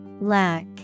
Lack